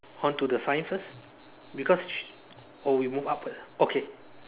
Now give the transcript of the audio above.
on to the sign because sh~ oh we move up first okay